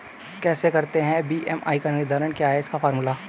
कैसे करते हैं बी.एम.आई का निर्धारण क्या है इसका फॉर्मूला?